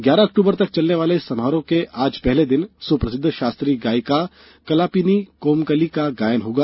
ग्यारह अक्टूबर तक चलने वाले इस समारोह के आज पहले दिन सुप्रसिद्व शास्त्रीय गायिका कलापिनी कोमकली का गायन होगा